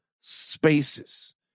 spaces